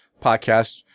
podcast